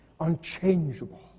unchangeable